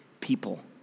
people